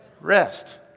Rest